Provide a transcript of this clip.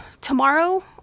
tomorrow